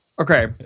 okay